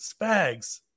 Spags